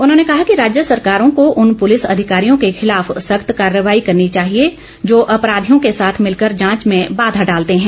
उन्होंने कहा कि राज्य सरकारों को उन पुलिस अधिकारियों के खिलाफ सख्त कार्रवाई करनी चाहिए जो अपराधियों के साथ मिलकर जांच में बाधा डालते हैं